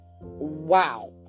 wow